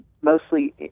mostly